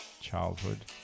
childhood